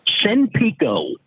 Senpico